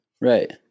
Right